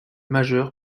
majeur